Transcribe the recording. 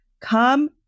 Come